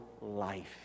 life